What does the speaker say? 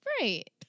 Right